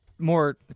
more